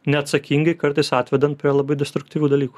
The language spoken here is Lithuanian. neatsakingai kartais atvedant prie labai destruktyvių dalykų